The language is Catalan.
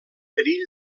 perill